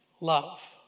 love